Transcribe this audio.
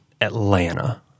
Atlanta